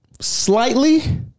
Slightly